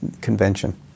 convention